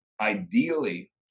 Ideally